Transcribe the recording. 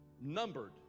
numbered